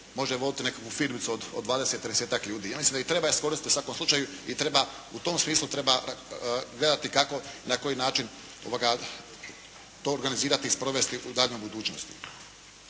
može voditi nekakvu firmicu od 20, 30 ljudi. Ja mislim da ih treba iskoristiti u svakom slučaju. I treba, u tom smislu treba gledati kako i na koji način to organizirati i sprovesti u daljnjoj budućnosti.